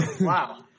Wow